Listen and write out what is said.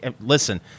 Listen